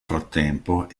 frattempo